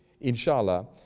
Inshallah